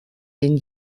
den